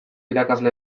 irakasle